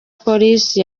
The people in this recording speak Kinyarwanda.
polisi